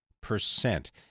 percent